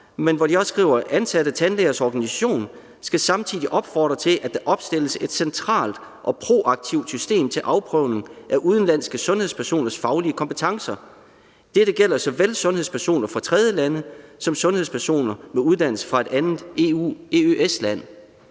ens krav, og de skriver også: Ansatte Tandlægers Organisation skal samtidig opfordre til, at der opstilles et centralt og proaktivt system til afprøvning af udenlandske sundhedspersoners faglige kompetencer. Dette gælder såvel sundhedspersoner fra tredjelande som sundhedspersoner med uddannelse fra et andet EU-/EØS-land.